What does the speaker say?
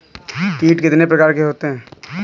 कीट कितने प्रकार के होते हैं?